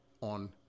on